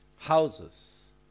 Houses